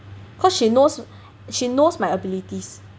cause she knows she knows my abilities